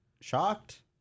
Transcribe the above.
shocked